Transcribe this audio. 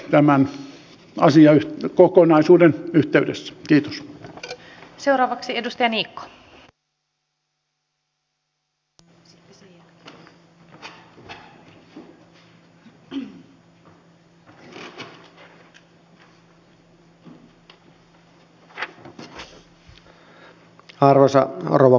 tämän asian kokonaisuuden saamaan myös eu rahoitusta meidän liikennehankkeillemme